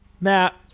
Matt